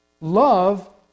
Love